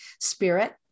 spirit